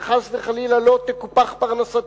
מגינים עליהם כדי שחס וחלילה לא תקופח פרנסתם.